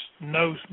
no